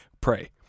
pray